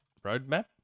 roadmap